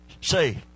say